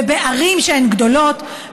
ובערים שהן גדולות,